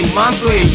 monthly